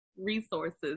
resources